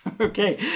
Okay